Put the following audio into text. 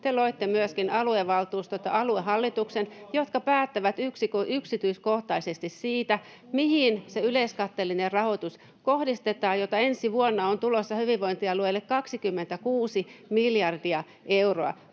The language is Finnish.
te loitte myöskin aluevaltuustot ja aluehallitukset, jotka päättävät yksityiskohtaisesti siitä, mihin se yleiskatteellinen rahoitus kohdistetaan, jota ensi vuonna on tulossa hyvinvointialueille 26 miljardia euroa.